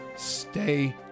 stay